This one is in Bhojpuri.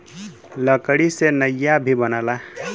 लकड़ी से नइया भी बनला